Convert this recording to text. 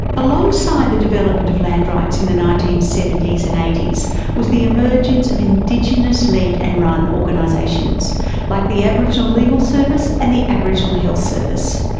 alongside the development of land rights in the nineteen seventy s and eighty s was the emergence of indigenous led and run organisations like the aboriginal legal service and the aboriginal health service.